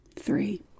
Three